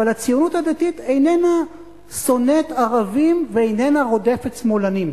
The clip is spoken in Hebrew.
אבל הציונות הדתית איננה שונאת ערבים ואיננה רודפת שמאלנים.